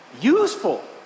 Useful